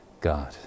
God